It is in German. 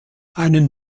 einen